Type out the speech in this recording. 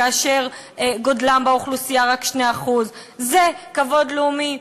כאשר שיעורם באוכלוסייה רק 2% זה כבוד לאומי.